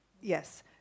Yes